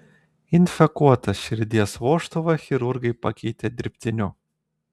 infekuotą širdies vožtuvą chirurgai pakeitė dirbtiniu